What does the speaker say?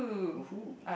!woohoo!